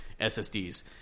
SSDs